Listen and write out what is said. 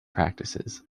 practices